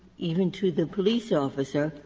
even to the police officer,